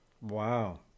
Wow